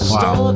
Wow